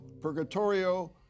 Purgatorio